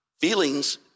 feelings